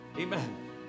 Amen